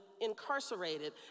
incarcerated